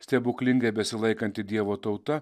stebuklingai besilaikanti dievo tauta